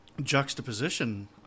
juxtaposition